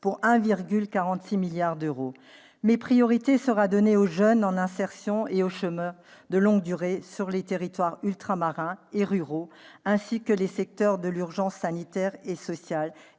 pour 1,46 milliard d'euros. Priorité sera donnée aux jeunes en insertion et aux chômeurs de longue durée, aux territoires ultra-marins et ruraux, ainsi qu'aux secteurs de l'urgence sanitaire et sociale